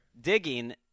digging